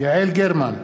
יעל גרמן,